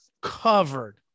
covered